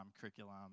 curriculum